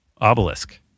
obelisk